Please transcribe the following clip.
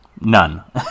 None